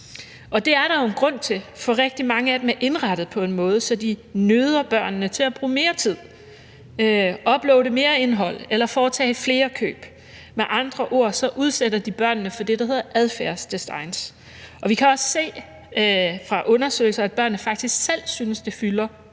Og det er der jo en grund til, for rigtig mange af dem er indrettet på en måde, så de nøder børnene til at bruge mere tid, uploade mere indhold eller foretage flere køb, med andre ord så udsætter de børnene for det, der hedder adfærdsdesign. Vi kan også se fra undersøgelser, at børnene faktisk selv synes, at det fylder